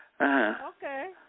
Okay